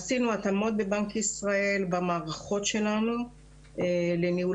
עשינו התאמות בבנק ישראל במערכות שלנו לניהול